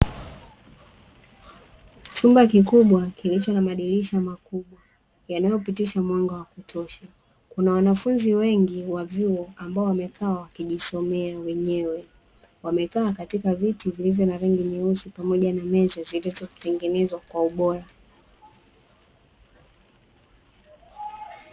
Chumba kikubwa kilicho na madirisha makubwa yanayo pitisha mwanga wa kutosha, kuna wanafunzi wengi wa vyuo ambao wamekaa wakijisomea wenyewe, wamekaa katika viti vilivyo na rangi nyeusi pamoja na meza zilizo tengenezwa kwa ubora.